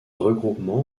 regroupement